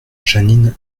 jeanine